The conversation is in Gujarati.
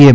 એમ